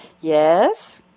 Yes